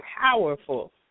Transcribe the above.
powerful